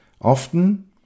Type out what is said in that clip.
Often